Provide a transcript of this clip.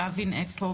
להבין איפה,